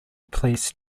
police